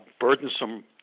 burdensome